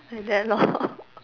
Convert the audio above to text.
like that lor